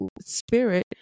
spirit